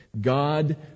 God